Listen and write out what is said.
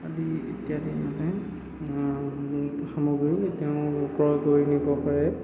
আদি ইত্যাদি মানে সামগ্ৰী তেওঁ ক্ৰয় কৰি নিব পাৰে